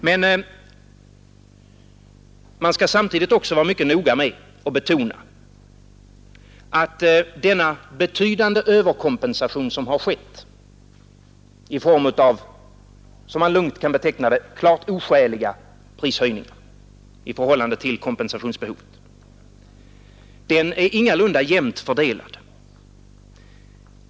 Men man skall samtidigt vara mycket noga med att poängtera, att den betydande överkompensation som har skett i form av, som man kan beteckna det, klart oskäliga prishöjningar i förhållande till kompensationsbehovet, ingalunda är jämnt fördelad.